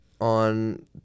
on